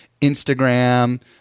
Instagram